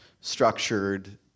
structured